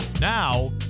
Now